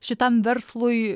šitam verslui